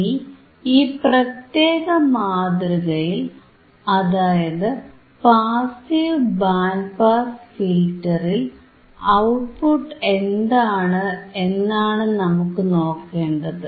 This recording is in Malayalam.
ഇനി ഈ പ്രത്യേക മാതൃകയിൽ അതായത് പാസീവ് ബാൻഡ് പാസ് ഫിൽറ്ററിൽ ഔട്ട്പുട്ടിൽ എന്താണ് എന്നാണ് നമുക്കു നോക്കേണ്ടത്